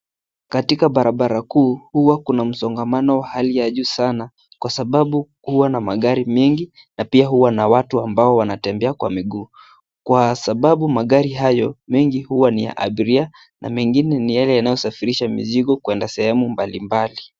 Katika barabara kuu huwa kuna msongamano hali ya juu sana kwa sababu huwa na magari mengi na pia huwa na watu ambao wanatembea kwa miguu ,kwa sababu magari hayo mengi huwa ni ya abiria na mengine ni yale yanayosafirisha mizigo kwenda sehemu mbalimbali.